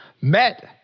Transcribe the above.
met